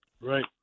right